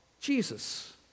Jesus